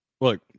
look